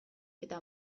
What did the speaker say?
eta